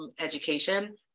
education